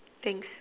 thanks